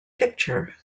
picture